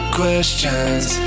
questions